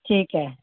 ਠੀਕ ਹੈ